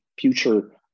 future